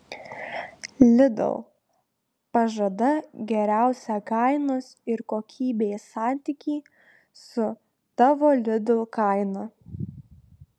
lidl pažada geriausią kainos ir kokybės santykį su tavo lidl kaina